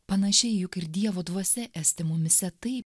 panašiai juk ir dievo dvasia esti mumyse taip